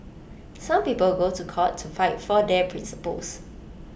some people go to court to fight for their principles